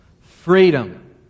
freedom